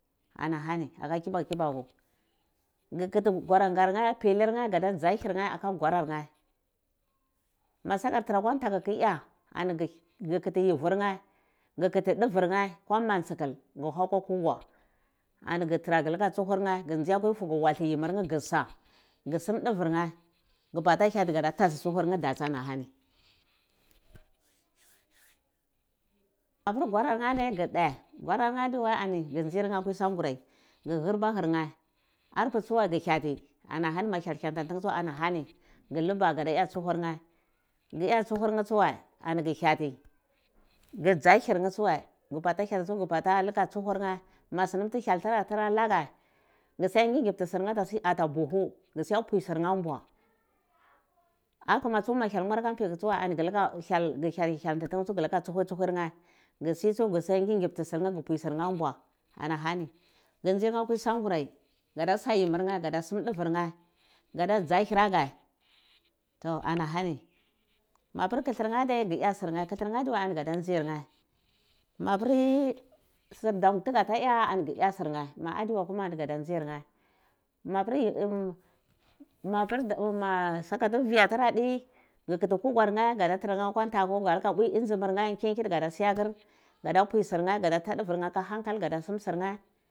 Anahani aka kibaku gha kiti gwarangar nheh pinar nheh gada aka gwaran nheh masukar tara akwa ntaku ki iya ani ghi khiti yivur nheh gu kiti duvet nheh gu pwi mantsikil ko kuga ani gi tra luka tsuhurphe gu wawalti himi nheh ghu sa gir sum duvir nheh gi bata hyati ada tosa tsukur nheh ani datsi ani apir gworar nheh adi guh daadima wia guh nzir nheh atwi sangurai gu hurbazir nyeh arpae tsuwae guhyeti ana hani ma hyel yanti tina maalani gu luba gadaya tsuhurnhe guya tsuhurnye tsuwai ani gu hati gu dzahir na tsuwa gu bata hyeti mvor liku tsuhur nheh masu tu hyel tara ya taro laga gi siyo gimgimb ti sirna ata buhu siyo pwir sir nheh ambua akoma tsue mahyel yonti binai gulaka tsuhur nheh gu sit tsu guluka gim gibkir sirahch ka pupai ambua anahani gir nzir nhch akwi sam guire gada sa yimmir nhoh gada sa dwer neh gada dzah hira geti to ana hani mapir khir nheh adai gu ya sir neh deilirna adiwai ani gu nzai surnei mapir su dom togota ya ani gu yati sirneh ma adi wai kuma ani gada nzir neh mapir saka tu daya tura dhi ghu kiti kugar nheh guda tarar nheh akwa ntaku gada mvar duba pwi umzur nheh nkinkitu gada siakir ga da pu sir nheh gadata davir neh aka hankal.